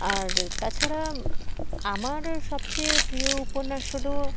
আর তাছাড়া আমার সবচেয়ে প্রিয় উপন্যাস হলো